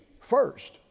first